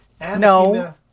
No